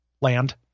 land